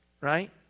right